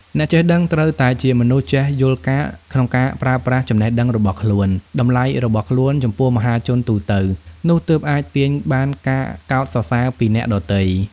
អ្នកចេះដឹងត្រូវតែជាមនុស្សចេះយល់ការណ៍ ក្នុងការប្រើប្រាស់ចំណេះដឹងរបស់ខ្លួន តម្លៃរបស់ខ្លួន ចំពោះមហាជនទូទៅ នោះទើបអាចទាញបានការកោតសរសើពីអ្នកដទៃ។